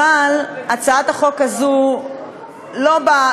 אבל הצעת החוק הזאת לא באה,